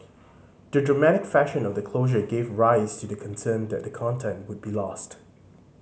the dramatic fashion of the closure gave rise to the concern that the content would be lost